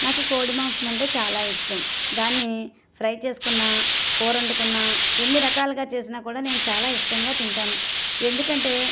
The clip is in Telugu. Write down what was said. నాకు కోడి మాంసం అంటే చాలా ఇష్టం దాన్ని ఫ్రై చేసుకున్న కూర వండుకున్న ఎన్ని రకాలుగా చేసిన కూడా నేను చాలా ఇష్టంగా తింటాను ఎందుకంటే